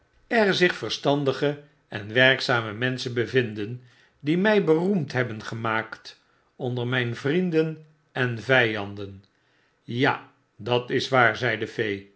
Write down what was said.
er zich verstandige en werkzame menschen bevinden die mij beroemd hebben gemaakt onder myn vrienden en vijanden ja dat is waar zei de